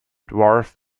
dwarf